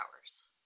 hours